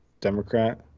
Democrat